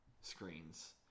screens